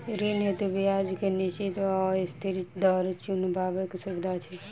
ऋण हेतु ब्याज केँ निश्चित वा अस्थिर दर चुनबाक सुविधा अछि